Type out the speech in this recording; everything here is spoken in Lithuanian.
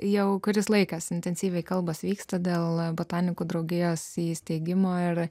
jau kuris laikas intensyviai kalbos vyksta dėl botanikų draugijos įsteigimo ir